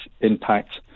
impact